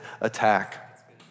attack